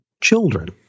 children